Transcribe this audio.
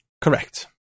Correct